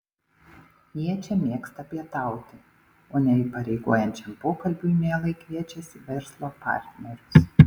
jie čia mėgsta pietauti o neįpareigojančiam pokalbiui mielai kviečiasi verslo partnerius